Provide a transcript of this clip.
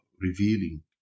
revealing